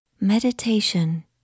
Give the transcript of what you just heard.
meditation